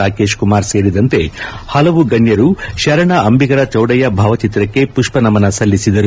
ರಾಕೇಶ್ಕುಮಾರ್ ಸೇರಿದಂತೆ ಹಲವು ಗಣ್ಣರು ಶರಣ ಅಂಬಿಗರ ಚೌಡಯ್ಲ ಭಾವಚಿತ್ರಕ್ಕೆ ಪುಷ್ಷನಮನ ಸಲ್ಲಿಸಿದರು